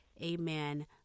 amen